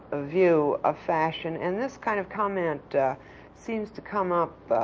ah view of fashion, and this kind of comment seems to come up